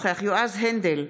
יואל אדלשטיין,